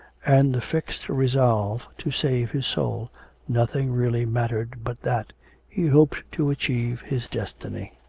and the fixed resolve to save his soul nothing really mattered but that he hoped to achieve his destiny.